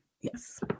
yes